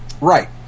Right